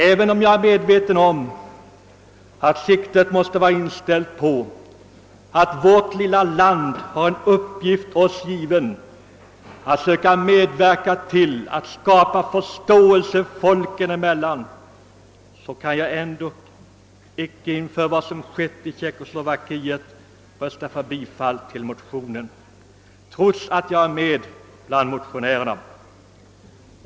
Även om jag är medveten om att vårt lilla land har en uppgift oss given att söka medverka till att skapa förståelse folken emellan, kan jag icke efter vad som skett i Tjeckoslovakien rösta för bifall till motionen, trots att jag är med bland motionärerna.